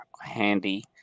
handy